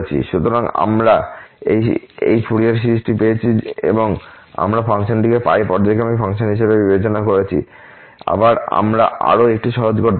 সুতরাং আমরা এই ফুরিয়ার সিরিজটি পেয়েছি যখন আমরা ফাংশনটিকে পর্যায়ক্রমিক ফাংশন হিসাবে বিবেচনা করেছি বা আমরা আরও একটু সহজ করতে পারি